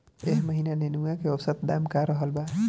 एह महीना नेनुआ के औसत दाम का रहल बा?